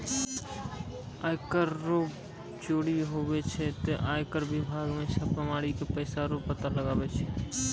आय कर रो चोरी हुवै छै ते आय कर बिभाग मे छापा मारी के पैसा रो पता लगाय छै